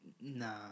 nah